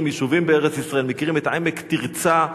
יישובים בארץ-ישראל: מכירים את עמק תרצה,